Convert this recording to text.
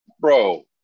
Bro